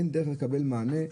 אין דרך לקבל מענה,